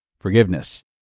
forgiveness